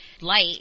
Light